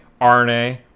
RNA